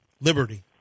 Liberty